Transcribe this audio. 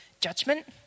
judgment